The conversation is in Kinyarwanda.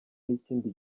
n’ikindi